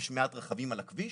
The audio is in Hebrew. יש מעט רכבים על הכביש,